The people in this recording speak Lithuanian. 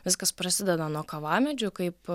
viskas prasideda nuo kavamedžių kaip